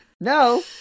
No